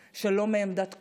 שלום, שלום מעמדת כוח,